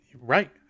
Right